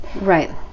Right